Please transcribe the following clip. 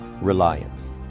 Reliance